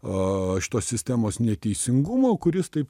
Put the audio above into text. a šito sistemos neteisingumo kuris taip